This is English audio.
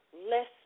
less